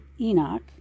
Enoch